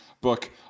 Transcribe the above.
book